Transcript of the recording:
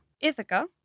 Ithaca